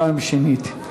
פעם שנייה.